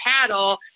paddle